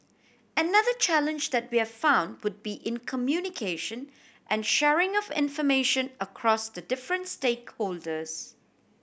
another challenge that we have found would be in communication and sharing of information across the different stakeholders